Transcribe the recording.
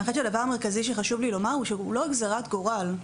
אני חושבת שהדבר המרכזי שחשוב לי לומר הוא שהוא לא גזירת גורל.